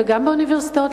וגם באוניברסיטאות,